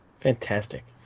Fantastic